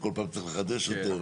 שכל פעם צריך לחדש אותו,